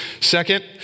Second